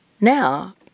Now